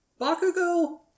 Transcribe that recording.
Bakugo